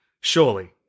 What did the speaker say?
Surely